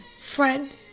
Friend